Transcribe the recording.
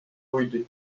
puidu